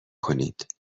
کنید